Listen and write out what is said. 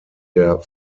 der